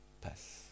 pass